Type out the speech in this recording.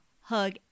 hug